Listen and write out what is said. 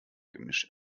gemisch